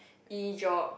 E geog~